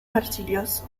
arcilloso